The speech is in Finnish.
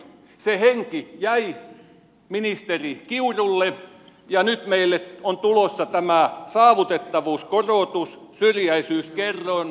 se henki jäi ministeri kiurulle ja nyt meille on tulossa tämä saavutettavuuskorotus syrjäisyyskerroin